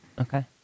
Okay